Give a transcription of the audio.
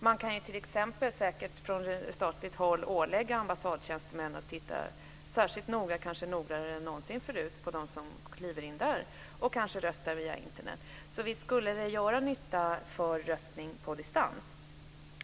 Man kan t.ex. säkert från statligt håll ålägga ambassadtjänstemän att titta särskilt noga, kanske noggrannare än någonsin förut, på dem som går in där och röstar och kanske röstar via Internet. Visst skulle det göra nytta för röstning på distans.